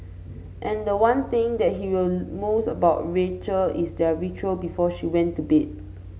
and the one thing that he will most about Rachel is their ritual before she went to bed